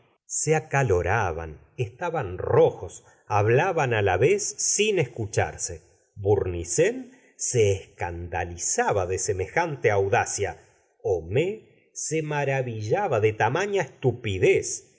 se acaloraban estaban rojos hablaban á la vez sin escucharse bournisien se escandalizaba de semejante audacia homais se maravillaba de tamaña estupidez